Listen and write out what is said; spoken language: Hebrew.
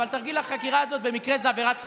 אבל תרגיל החקירה הזה במקרה זו עבירת סחיטה?